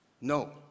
No